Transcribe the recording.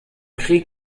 krieg